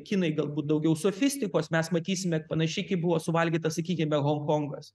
kinai galbūt daugiau sofistikos mes matysime panašiai kaip buvo suvalgytas sakykime honkongas